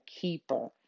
keeper